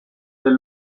del